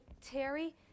Terry